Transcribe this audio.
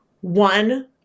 one